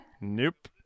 Nope